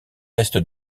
est